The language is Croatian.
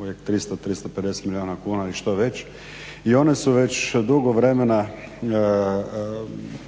uvijek o 300, 350 milijuna kuna i što već i one su već dugo vremena